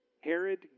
Herod